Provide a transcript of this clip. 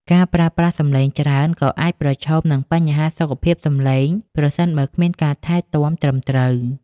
ការប្រើប្រាស់សំឡេងច្រើនក៏អាចប្រឈមនឹង បញ្ហាសុខភាពសំឡេង ប្រសិនបើគ្មានការថែទាំត្រឹមត្រូវ។